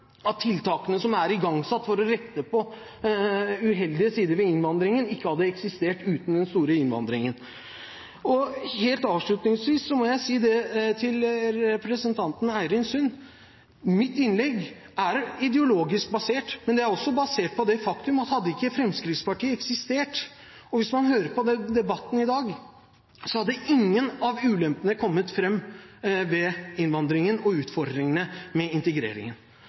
at tiltakene som er igangsatt for å rette på uheldige sider ved innvandringen, ikke hadde eksistert uten den store innvandringen. Helt avslutningsvis må jeg si følgende til representanten Eirin Sund: Mitt innlegg er ideologisk basert, men det er også basert på det faktum at hadde ikke Fremskrittspartiet eksistert – hvis man hører på debatten i dag – så hadde ingen av ulempene ved innvandringen eller utfordringene ved integreringen kommet fram. Jeg har blitt utfordret på dette: Hva mener representanten Keshvari og